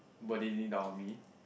burdening down on me